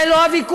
זה לא הוויכוח.